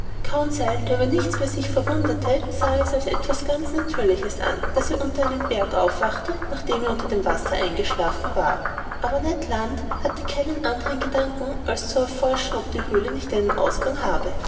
der über nichts mehr sich verwunderte sah es als etwas ganz natürliches an daß er unter einem berg aufwachte nachdem er unter dem wasser eingeschlafen war aber ned land hatte keinen anderen gedanken als zu forschen ob die höhle nicht einen ausgang habe